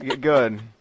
Good